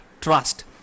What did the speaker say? trust